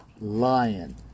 lion